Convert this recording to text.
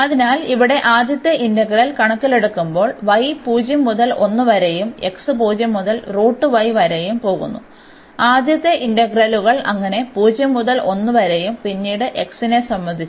അതിനാൽ ഇവിടെ ആദ്യത്തെ ഇന്റഗ്രൽ കണക്കിലെടുക്കുമ്പോൾ y 0 മുതൽ 1 വരെയും x 0 മുതൽ വരെയും പോകുന്നു ആദ്യത്തെ ഇന്റഗ്രലുകൾ അങ്ങനെ 0 മുതൽ 1 വരെയും പിന്നീട് x നെ സംബന്ധിച്ചും